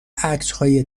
عکسهای